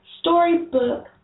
storybook